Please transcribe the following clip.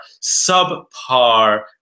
subpar